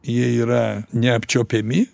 jie yra neapčiuopiami